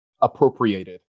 appropriated